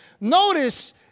Notice